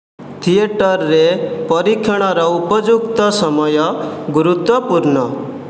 ଥିଏଟର୍ରେ ପରୀକ୍ଷଣର ଉପଯୁକ୍ତ ସମୟ ଗୁରୁତ୍ୱପୂର୍ଣ୍ଣ